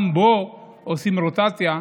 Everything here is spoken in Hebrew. גם בו עושים רוטציה,